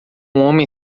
homem